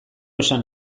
esan